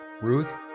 Ruth